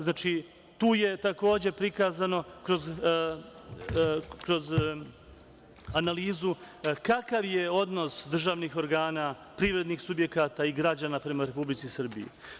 Znači, tu je takođe prikazano kroz analizu kakav je odnos državnih organa, privrednih subjekata i građana prema Republici Srbiji.